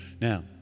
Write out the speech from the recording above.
Now